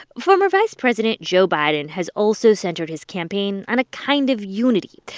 former vice president joe biden has also centered his campaign on a kind of unity.